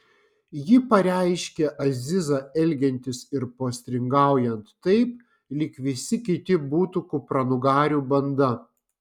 ji pareiškė azizą elgiantis ir postringaujant taip lyg visi kiti būtų kupranugarių banda